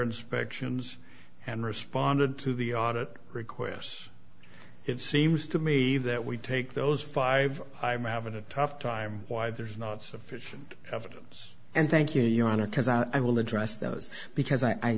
inspections and responded to the audit requests it seems to me that we take those five i'm having a tough time why there is not sufficient evidence and thank you your honor i will address those because i